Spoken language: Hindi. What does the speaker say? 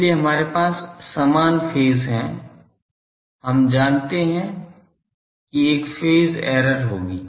इसलिए हमारे पास समान फेज है हम जानते हैं कि एक फेज एरर होगी